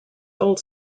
old